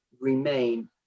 remain